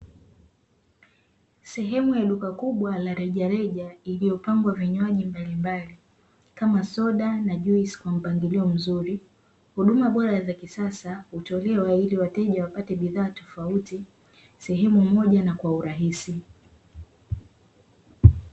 Sehemu ya duka kubwa la rejareja, iliopambwa vinywaji mbalimbali kama soda na juisi, kwa mpangilio mzuri. Huduma bora za kisasa hutolewa ili wateja wapate bidhaa tofauti sehemu moja na kwa urahisi.